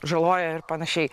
žaloja ir panašiai